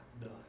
done